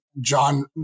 John